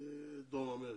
דרום אמריקה,